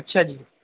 اچھا جی